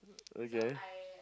okay